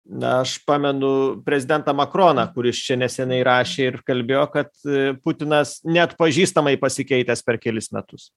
na aš pamenu prezidentą makroną kuris čia neseniai rašė ir kalbėjo kad putinas neatpažįstamai pasikeitęs per kelis metus